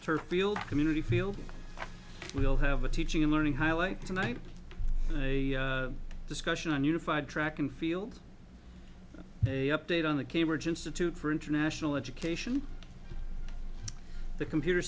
field community field will have a teaching and learning highway tonight a discussion on unified track and field day update on the cambridge institute for international education the computer